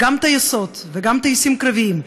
וגם טייסות וגם טייסים קרביים,